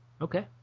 Okay